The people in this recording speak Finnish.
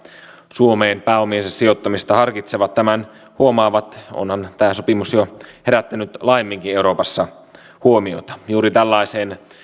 suomeen pääomiensa sijoittamista harkitsevat tämän huomaavat onhan tämä sopimus jo herättänyt laajemminkin euroopassa huomiota juuri tällaiseen